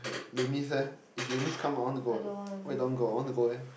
Les-Mis eh if Les-Mis come out want to go or not why you don't want to go I want to go eh